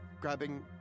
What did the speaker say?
grabbing